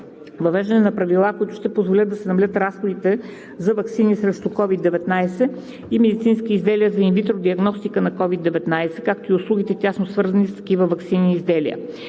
въвеждане на правила, които ще позволят да се намалят разходите за ваксини срещу COVID-19 и медицински изделия за инвитро диагностика на COVID-19, както и за услугите, тясно свързани с такива ваксини и изделия.